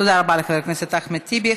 תודה רבה לחבר הכנסת אחמד טיבי.